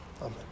Amen